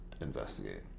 investigate